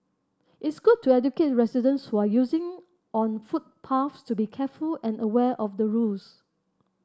it's good to educate residents who are using on footpaths to be careful and aware of the rules